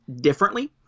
differently